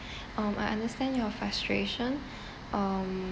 um I understand your frustration um